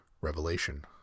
Revelation